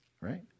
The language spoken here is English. right